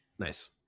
Nice